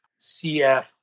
CF